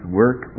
work